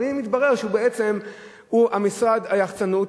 אבל הנה מתברר שהוא בעצם משרד יחצנות,